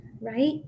right